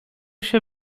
się